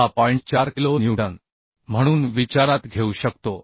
4 kilo newton म्हणून विचारात घेऊ शकतो